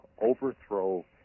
overthrow